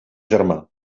germà